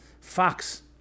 fox